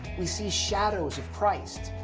we see shadows of christ,